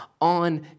on